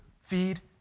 feed